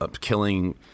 killing